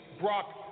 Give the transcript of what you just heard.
Brock